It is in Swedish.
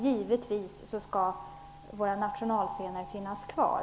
Givetvis skall våra nationalscener finnas kvar.